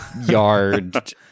yard